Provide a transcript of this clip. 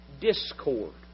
discord